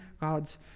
God's